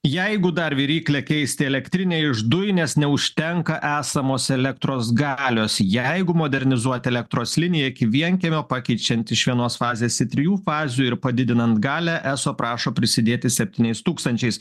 jeigu dar viryklę keist į elektrinę iš dujų nes neužtenka esamos elektros galios jeigu modernizuot elektros liniją iki vienkiemio pakeičiant iš vienos fazės į trijų fazių ir padidinant galią eso prašo prisidėti septyniais tūkstančiais